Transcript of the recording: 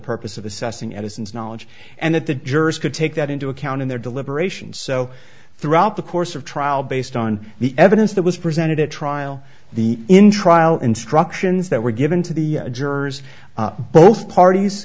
purpose of assessing edison's knowledge and that the jurors could take that into account in their deliberations so throughout the course of trial based on the evidence that was presented at trial the in trial instructions that were given to the jurors both